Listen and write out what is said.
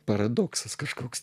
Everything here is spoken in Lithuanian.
paradoksas kažkoks